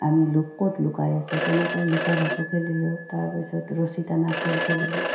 আমি লোক ক'ত লুকাই আছোঁ তেনেকেই লুকা ভাকু খেলিলোঁ তাৰপিছত ৰছী টানা খেল খেলিলোঁ